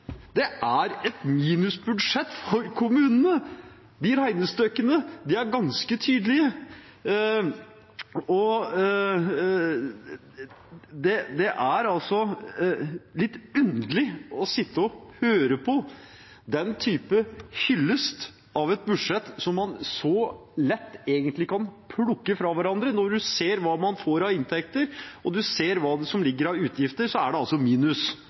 Det er et minusbudsjett for kommunene. De regnestykkene er ganske tydelige, og det er litt underlig å sitte og høre på den typen hyllest av et budsjett som man så lett egentlig kan plukke fra hverandre. Når man ser hva man får av inntekter, og hva som ligger av utgifter, er det altså minus